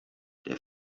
der